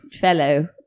fellow